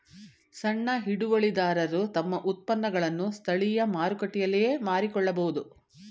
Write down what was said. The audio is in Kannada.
ಸಣ್ಣ ಹಿಡುವಳಿದಾರರು ತಮ್ಮ ಉತ್ಪನ್ನಗಳನ್ನು ಸ್ಥಳೀಯ ಮಾರುಕಟ್ಟೆಯಲ್ಲಿಯೇ ಮಾರಿಕೊಳ್ಳಬೋದು